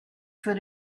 für